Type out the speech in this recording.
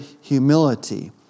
humility